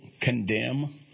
condemn